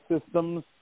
systems